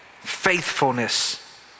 faithfulness